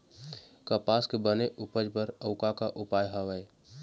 कपास के बने उपज बर अउ का का उपाय हवे?